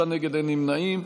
53 נגד, אין נמנעים.